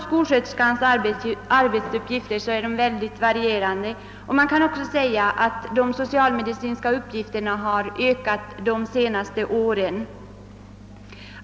Skolsköterskans arbetsuppgifter är synnerligen varierande, och hennes socialmedicinska insatser har ökat under de senaste åren.